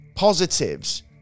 positives